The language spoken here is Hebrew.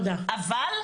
אבל,